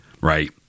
right